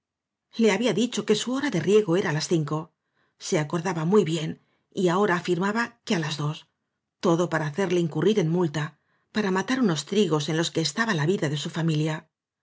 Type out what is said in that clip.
le había dicho que su hora de riego era á las cinco se acordaba muy bien y ahora afirmaba que á las dos todo para hacerle incurrir en multa para matar unos trigos en los que estaba la vida de su familia